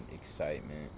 excitement